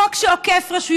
חוק שעוקף רשויות,